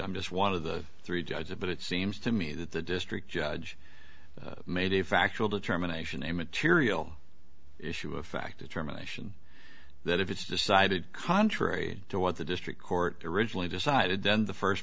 i'm just one of the three judges but it seems to me that the district judge made a factual determination immaterial issue of fact determination that if it's decided contrary to what the district court originally decided then the first